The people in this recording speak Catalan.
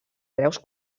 greus